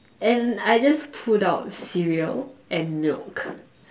and I just pulled out cereal and milk